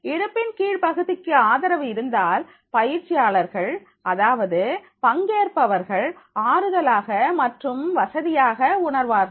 இடுப்பின் கீழ் பகுதிக்கு ஆதரவு இருந்தால் பயிற்சியாளர்கள் அதாவது பங்கேற்பவர்கள் ஆறுதலாக மற்றும் வசதியாக உணர்வார்கள்